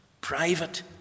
Private